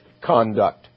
conduct